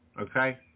Okay